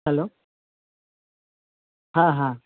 hello হ্যাঁ হ্যাঁ